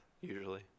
usually